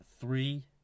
three